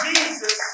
Jesus